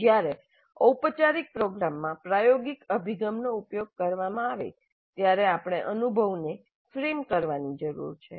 જ્યારે ઔપચારિક પ્રોગ્રામમાં પ્રાયોગિક અભિગમનો ઉપયોગ કરવામાં આવે ત્યારે આપણે અનુભવને ફ્રેમ કરવાની જરૂર છે